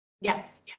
Yes